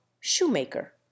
shoemaker